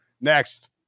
next